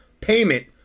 payment